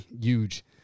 huge